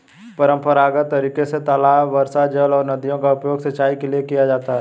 परम्परागत तरीके से तालाब, वर्षाजल और नदियों का उपयोग सिंचाई के लिए किया जाता है